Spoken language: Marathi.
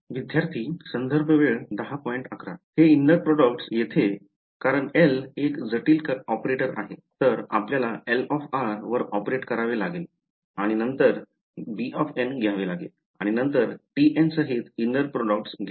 हे inner product येथे कारण L एक जटिल ऑपरेटर आहे तर आपल्याला L वर ऑपरेट करावे लागेल आणि नंतर घ्यावे bn आणि नंतर tn सहित inner products घ्यावे